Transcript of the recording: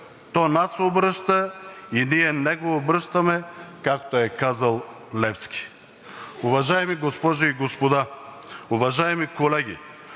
то нас обръща и ние него обръщаме“, както е казал Левски. Уважаеми госпожи и господа, уважаеми колеги!